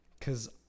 cause